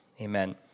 Amen